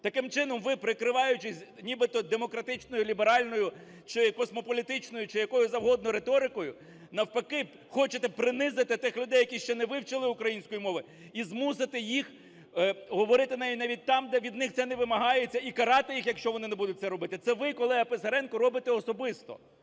Таким чином, ви, прикриваючись нібито демократичною, ліберальною, чи космополітичною, чи якою завгодно риторикою, навпаки хочете принизити тих людей, які ще не вивчили української мови, і змусити їх говорити нею навіть там, де від них це не вимагається, і карати їх, якщо вони не будуть це робити. Це ви, колего Писаренко, робите особисто.